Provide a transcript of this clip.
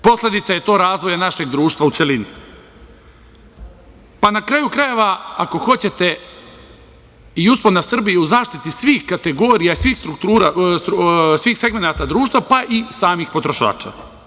Posledica je to razvoja našeg društva u celini, pa na kraju krajeva ako hoćete i uspon na Srbiju u zaštiti svih kategorija i svih segmenata društva, pa i samih potrošača.